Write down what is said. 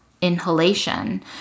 inhalation